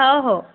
हो हो